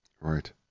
Right